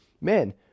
man